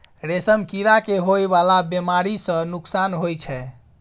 रेशम कीड़ा के होए वाला बेमारी सँ नुकसान होइ छै